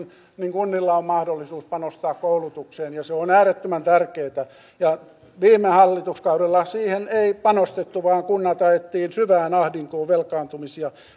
kunnilla on mahdollisuus panostaa koulutukseen ja se on äärettömän tärkeätä viime hallituskaudella siihen ei panostettu vaan kunnat ajettiin syvään ahdinkoon velkaantumis ja